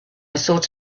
thought